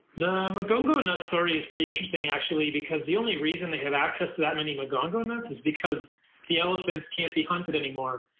the mongongo nut story is pretty interesting actually, because the only reason they have access to that many mongongo nuts is because the elephants can't be hunted anymore.